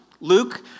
Luke